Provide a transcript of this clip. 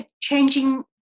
changing